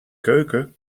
keuken